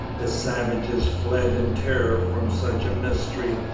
the savages fled in terror from such a mystery,